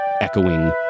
echoing